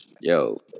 Yo